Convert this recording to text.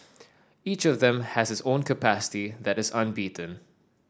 each of them has his own capacity that is unbeaten